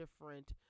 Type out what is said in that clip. different